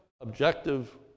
objective